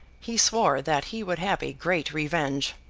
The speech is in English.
he swore that he would have a great revenge.